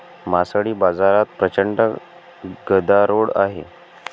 मासळी बाजारात प्रचंड गदारोळ आहे